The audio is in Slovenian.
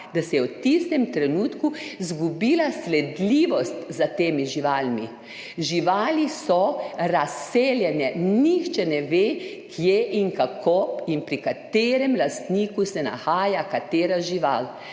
da se je v tistem trenutku izgubila sledljivost za temi živalmi. Živali so razseljene, nihče ne ve, kje in kako in pri katerem lastniku se nahaja katera žival,